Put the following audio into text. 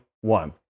one